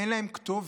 אין להם כתובת,